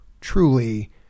truly